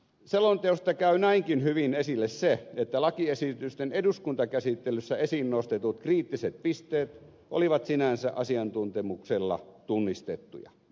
selonteosta käy näinkin hyvin esille se että lakiesitysten eduskuntakäsittelyssä esiin nostetut kriittiset pisteet olivat sinänsä asiantuntemuksella tunnistettuja